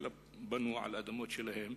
אלא בנו על אדמות שלהם,